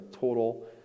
total